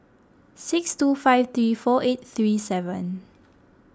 six two five three four eight three seven